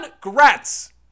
congrats